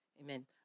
Amen